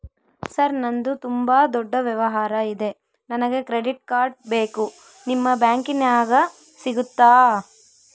Sir ನಂದು ತುಂಬಾ ದೊಡ್ಡ ವ್ಯವಹಾರ ಇದೆ ನನಗೆ ಕ್ರೆಡಿಟ್ ಕಾರ್ಡ್ ಬೇಕು ನಿಮ್ಮ ಬ್ಯಾಂಕಿನ್ಯಾಗ ಸಿಗುತ್ತಾ?